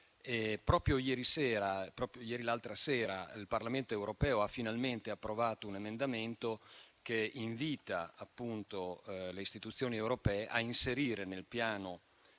Proprio l'altra sera il Parlamento europeo ha finalmente approvato un emendamento che invita le istituzioni europee a inserire nel piano europeo